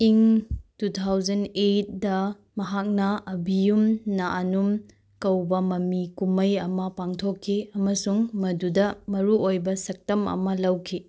ꯏꯪ two thousand ꯑꯩꯠꯇ ꯃꯍꯥꯛꯅ ꯑꯕꯤꯌꯨꯝ ꯅꯌꯨꯝ ꯀꯧꯕ ꯃꯃꯤ ꯀꯨꯝꯍꯩ ꯑꯃ ꯄꯨꯊꯣꯛꯈꯤ ꯑꯝꯁꯨꯡ ꯃꯗꯨꯗ ꯃꯔꯨ ꯑꯣꯏꯕ ꯁꯛꯇꯝ ꯑꯃ ꯂꯧꯈꯤ